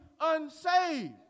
unsaved